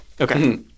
Okay